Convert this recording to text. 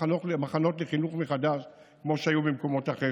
מחנות לחינוך מחדש כמו שהיו במקומות אחרים.